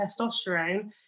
testosterone